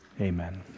Amen